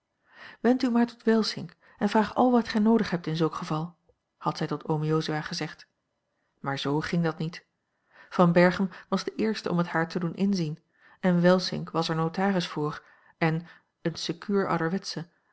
wend u maar tot welsink en vraag al wat gij noodig hebt in zulk geval had zij tot oom jozua gezegd maar z ging dat niet van berchem was de eerste om het haar te doen inzien en welsink was er notaris voor en een secuur ouderwetsche